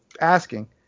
asking